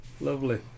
lovely